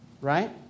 right